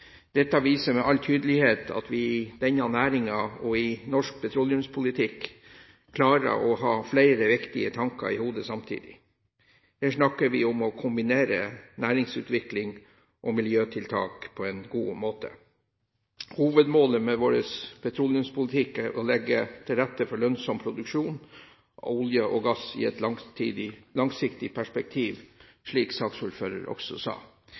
Dette viser med all tydelighet at vi i denne næringen, og i norsk petroleumspolitikk, klarer å ha flere viktige tanker i hodet samtidig. Her snakker vi om å kombinere næringsutvikling og miljøtiltak på en god måte. Hovedmålet med vår petroleumspolitikk er å legge til rette for lønnsom produksjon av olje og gass i et langsiktig perspektiv, slik også saksordføreren sa.